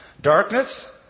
Darkness